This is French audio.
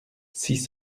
six